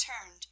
turned